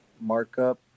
markup